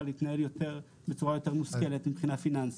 להתנהל בצורה יותר מושכלת מהחינה פיננסית.